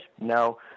No